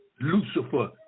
Lucifer